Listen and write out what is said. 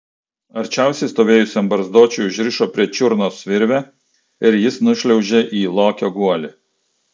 arčiausiai stovėjusiam barzdočiui užrišo prie čiurnos virvę ir jis nušliaužė į lokio guolį